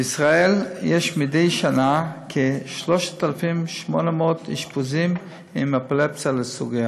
בישראל יש מדי שנה כ-3,800 אשפוזים בגלל אפילפסיה לסוגיה,